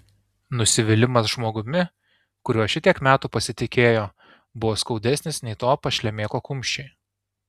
nusivylimas žmogumi kuriuo šitiek metų pasitikėjo buvo skaudesnis nei to pašlemėko kumščiai